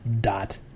dot